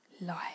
life